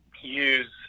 use